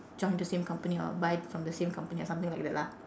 join the same company or buy from the same company or something like that lah